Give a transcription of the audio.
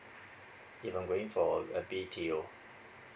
if I'm going for a B T O